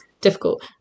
difficult